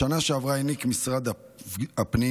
בשנה שעברה העניק משרד הפנים,